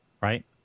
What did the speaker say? right